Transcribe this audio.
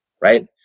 Right